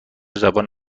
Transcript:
زبان